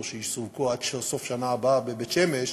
שיסופקו עד סוף השנה הבאה בבית-שמש,